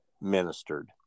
ministered